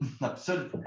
Absolument